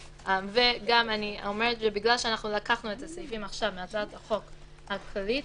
ובגלל שלקחנו את הסעיפים עכשיו מהצעת החוק הכללית,